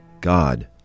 God